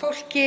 fólki